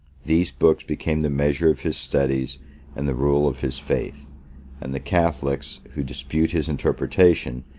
these books became the measure of his studies and the rule of his faith and the catholics, who dispute his interpretation,